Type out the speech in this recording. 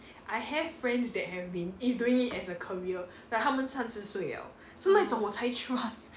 I have friends that have been is doing it as a career like 他们三十岁了 so 那种我才 trust